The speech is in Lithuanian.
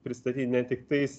pristatyti ne tiktais